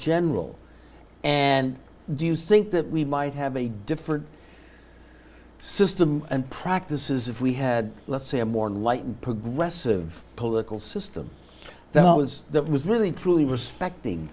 general and do you think that we might have a different system and practices if we had let's say a more enlightened progressive political system that was that was really truly respecting